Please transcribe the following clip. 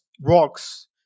rocks